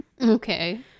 Okay